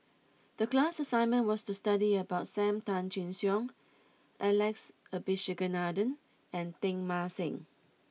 the class assignment was to study about Sam Tan Chin Siong Alex Abisheganaden and Teng Mah Seng